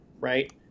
right